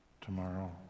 Tomorrow